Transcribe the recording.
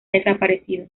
desaparecido